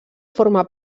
forma